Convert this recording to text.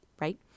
right